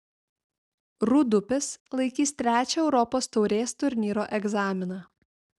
rūdupis laikys trečią europos taurės turnyro egzaminą